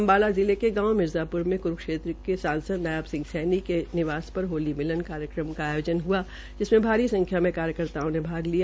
अम्बाला जिले के गांव मिर्जापुर मे क्रूक्षेत्र के सांसद नायब सिंह सैनी के निवास पर होली मिलन कार्यक्रम का आयोजन हआ जिसमें भारी संख्या में कार्यकर्ताओं ने भाग लिया